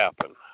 happen